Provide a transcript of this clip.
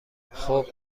خوب